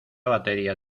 batería